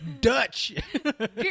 dutch